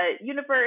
universe